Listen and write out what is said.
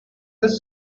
does